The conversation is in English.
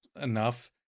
enough